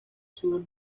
sur